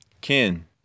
Kin